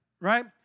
right